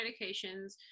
medications